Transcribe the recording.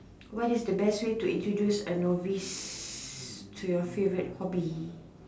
what is the best way to introduced a novice to your favourite hobby